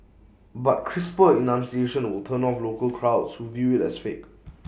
but crisper enunciation will turn off local crowds who view IT as fake